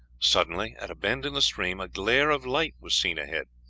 suddenly, at a bend in the stream, a glare of light was seen ahead.